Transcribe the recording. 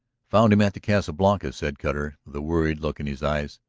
found him at the casa blanca, said cutter, the worried look in his eyes.